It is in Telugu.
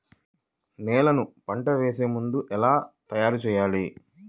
నేలను పంట వేసే ముందుగా ఎలా తయారుచేయాలి?